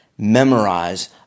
Memorize